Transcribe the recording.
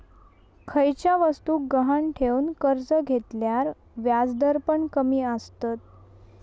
खयच्या वस्तुक गहाण ठेवन कर्ज घेतल्यार व्याजदर पण कमी आसतत